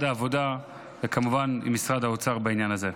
העבודה וכמובן עם משרד האוצר בעניין הזה.